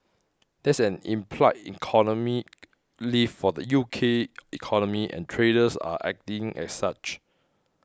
that's an implied economic lift for the U K economy and traders are acting as such